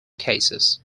cases